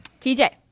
TJ